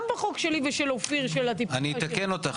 גם בחוק שלי ושל אופיר --- אני אתקן אותך,